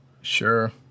sure